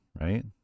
right